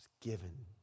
given